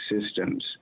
systems